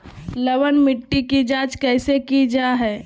लवन मिट्टी की जच कैसे की जय है?